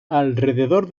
alrededor